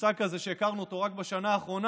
מושג כזה שהכרנו אותו רק בשנה האחרונה,